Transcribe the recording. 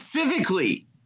specifically